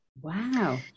Wow